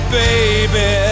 baby